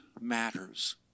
matters